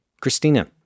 Christina